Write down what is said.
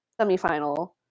semifinal